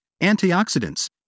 antioxidants